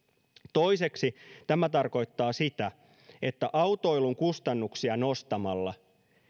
toiseksi tämä tarkoittaa sitä että autoilun kustannuksia nostamalla